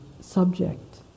subject